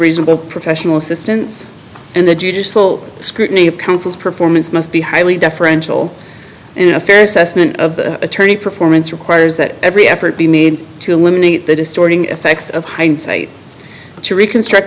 reasonable professional assistance and the judicial scrutiny of counsel's performance must be highly deferential in a fair assessment of attorney performance requires that every effort be need to eliminate the distorting effects of hindsight to reconstruct